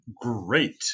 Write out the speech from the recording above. great